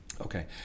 Okay